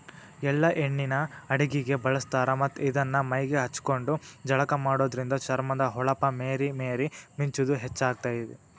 ಎಳ್ಳ ಎಣ್ಣಿನ ಅಡಗಿಗೆ ಬಳಸ್ತಾರ ಮತ್ತ್ ಇದನ್ನ ಮೈಗೆ ಹಚ್ಕೊಂಡು ಜಳಕ ಮಾಡೋದ್ರಿಂದ ಚರ್ಮದ ಹೊಳಪ ಮೇರಿ ಮೇರಿ ಮಿಂಚುದ ಹೆಚ್ಚಾಗ್ತೇತಿ